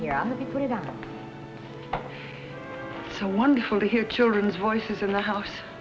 it so wonderful to hear children's voices in the house